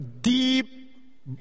deep